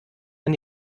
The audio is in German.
man